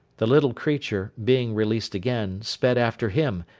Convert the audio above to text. the little creature, being released again, sped after him,